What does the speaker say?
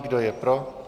Kdo je pro?